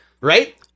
right